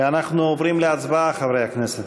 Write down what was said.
אנחנו עוברים להצבעה, חברי הכנסת.